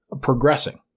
progressing